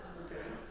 okay?